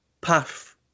path